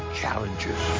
challenges